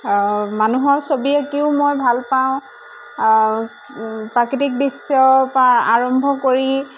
মানুহৰ ছবি আঁকিও মই ভাল পাওঁ প্ৰাকৃতিক দৃশ্যৰপৰা আৰম্ভ কৰি